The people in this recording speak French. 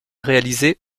réalisée